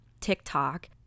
tiktok